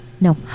No